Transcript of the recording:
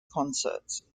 concerts